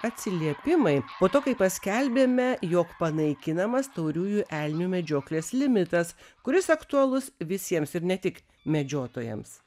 atsiliepimai po to kai paskelbėme jog panaikinamas tauriųjų elnių medžioklės limitas kuris aktualus visiems ir ne tik medžiotojams